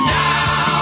now